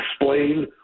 explain